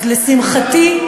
אז לשמחתי,